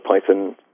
Python